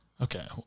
Okay